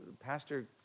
pastor